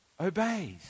Obeys